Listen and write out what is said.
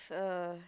uh